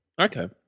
Okay